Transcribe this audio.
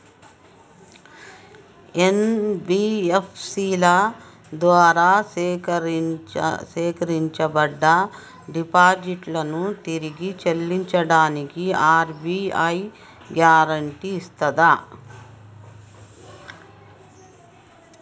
NBFC ల ద్వారా సేకరించబడ్డ డిపాజిట్లను తిరిగి చెల్లించడానికి ఆర్.బి.ఐ గ్యారెంటీ ఇస్తదా?